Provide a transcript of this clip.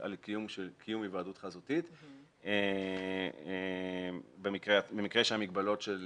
על קיום היוועדות חזותית במקרה שהמגבלות של